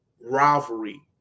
rivalry